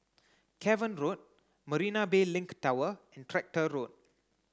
Cavan Road Marina Bay Link and Tractor Road